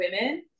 women